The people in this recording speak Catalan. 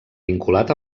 vinculat